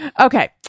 Okay